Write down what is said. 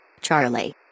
Charlie